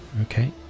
okay